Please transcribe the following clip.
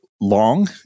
Long